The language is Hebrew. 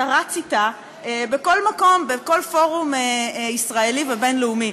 אתה רץ אתה בכל מקום ובכל פורום ישראלי ובין-לאומי.